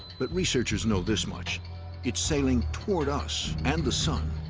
but researchers know this much it's sailing toward us and the sun,